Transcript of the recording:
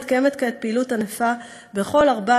מתקיימת כעת פעילות ענפה בכל ארבע